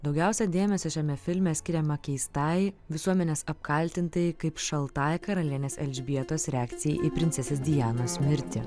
daugiausia dėmesio šiame filme skiriama keistai visuomenės apkaltintai kaip šaltai karalienės elžbietos reakcijai į princesės dianos mirtį